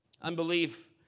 Unbelief